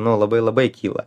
nu labai labai kyla